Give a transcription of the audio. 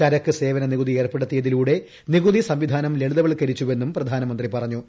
ചരക്ക്സേവന നികുതി ഏർപ്പെടുത്തിയതിലൂടെ നികുതി സംവിധാനം ലളിതവൽക്കരിച്ചുവെന്നും പ്രധാനമന്ത്രി പറഞ്ഞു